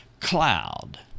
cloud